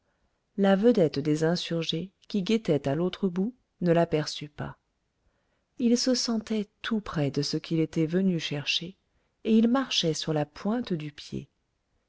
la vedette des insurgés qui guettait à l'autre bout ne l'aperçut pas il se sentait tout près de ce qu'il était venu chercher et il marchait sur la pointe du pied